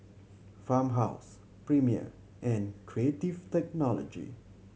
Farmhouse Premier and Creative Technology